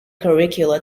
curricula